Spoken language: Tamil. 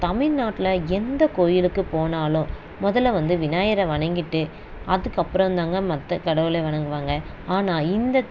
தமிழ்நாட்ல எந்தக் கோயிலுக்குப் போனாலும் முதல்ல வந்து விநாயகரை வணங்கிட்டு அதுக்கப்புறம் தாங்க மற்றக் கடவுளை வணங்குவாங்க ஆனால் இந்த